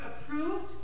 approved